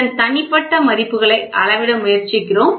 இதன் தனிப்பட்ட மதிப்புகளை அளவிட முயற்சிக்கிறோம்